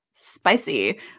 Spicy